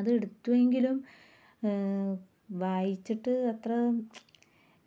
അത് എടുത്തുവെങ്കിലും വായിച്ചിട്ട് അത്ര